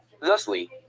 Thusly